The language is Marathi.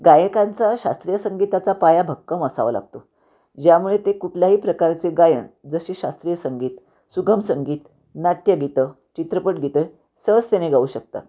गायकांचा शास्त्रीय संगीताचा पाया भक्कम असावा लागतो ज्यामुळे ते कुठल्याही प्रकारचे गायन जसे शास्त्रीय संगीत सुगम संगीत नाट्यगीतं चित्रपट गीतं सहजतेने गाऊ शकतात